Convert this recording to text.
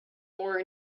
more